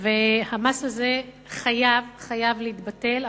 והמס הזה חייב, חייב להתבטל.